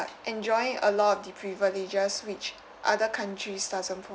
enjoying a lot of the privileges which other countries doesn't